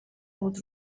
بود